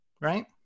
right